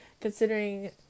considering